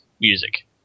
music